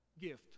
gift